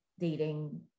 dating